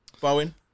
Bowen